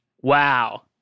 Wow